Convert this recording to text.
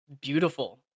beautiful